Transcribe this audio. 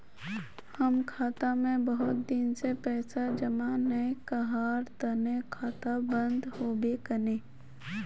हम खाता में बहुत दिन से पैसा जमा नय कहार तने खाता बंद होबे केने?